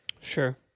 Sure